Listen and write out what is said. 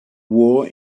war